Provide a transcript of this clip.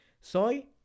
soy